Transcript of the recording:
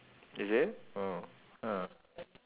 is it oh !huh!